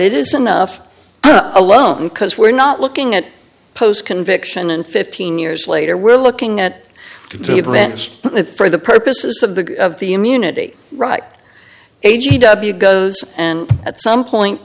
it is enough alone because we're not looking at post conviction and fifteen years later we're looking at the events for the purposes of the of the immunity right age goes and at some point